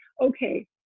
okay